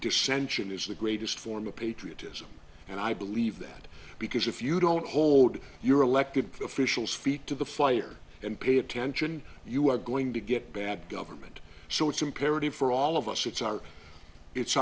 dissension is the greatest form of patriotism and i believe that because if you don't hold your elected officials feet to the fire and pay attention you are going to get bad government so it's imperative for all of us it's our it's